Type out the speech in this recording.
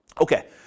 Okay